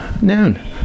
Noon